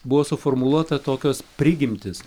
buvo suformuluota tokios prigimtys